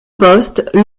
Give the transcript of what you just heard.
poste